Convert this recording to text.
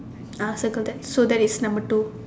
ah circle that so that is number two